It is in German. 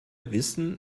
wissen